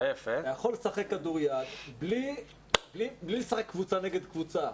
אתה יכול לשחק כדוריד בלי לשחק קבוצה נגד קבוצה.